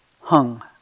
hung